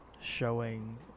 showing